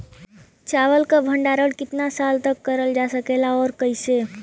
चावल क भण्डारण कितना साल तक करल जा सकेला और कइसे?